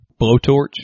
Blowtorch